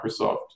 Microsoft